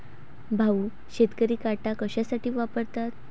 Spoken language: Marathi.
भाऊ, शेतकरी काटा कशासाठी वापरतात?